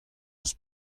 eus